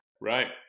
Right